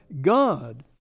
God